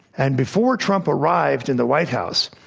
and before trump arrived in the white house,